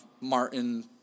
Martin